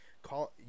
call